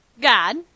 god